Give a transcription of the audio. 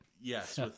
Yes